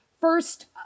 first